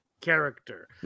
character